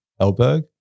Elberg